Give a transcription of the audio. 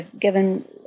given